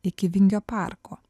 iki vingio parko